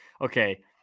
okay